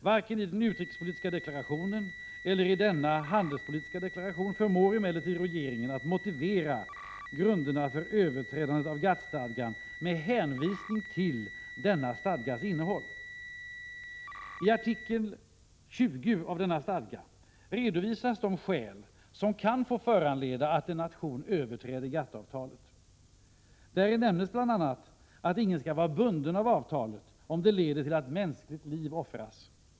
Varken i den utrikespolitiska deklarationen eller i denna handelspolitiska deklaration förmår emellertid regeringen att motivera grunderna för överträdandet av GATT-stadgan med hänvisning till denna stadgas innehåll. I artikel 20 av denna stadga redovisas de särskilda skäl som kan få föranleda att en nation överträder GATT-avtalet. Däri nämns bl.a. att ingen skall vara bunden av avtalet om det leder till att mänskligt liv offras.